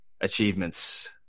achievements